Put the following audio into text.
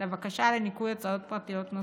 לבקשה לניכוי הוצאות פרטיות נוספות,